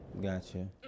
Gotcha